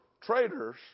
traders